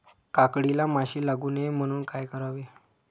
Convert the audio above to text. काकडीला माशी लागू नये म्हणून काय करावे?